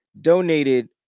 donated